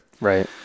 Right